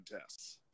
tests